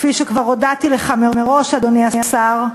כפי שכבר הודעתי לך מראש, אדוני השר,